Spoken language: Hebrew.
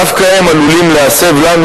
דווקא הם עלולים להסב לנו,